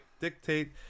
dictate